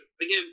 again